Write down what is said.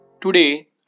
Today